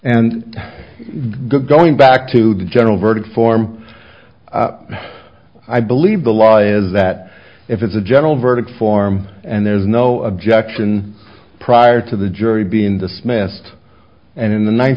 and going back to the general verdict form i believe the law is that if it's a general verdict form and there's no objection prior to the jury being dismissed and in the ninth